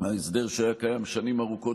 ההסדר שהיה קיים שנים ארוכות,